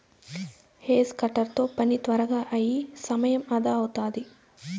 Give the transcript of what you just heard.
hedge cutter తో పని త్వరగా అయి సమయం అదా అవుతాది